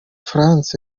franc